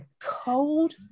cold